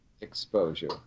Exposure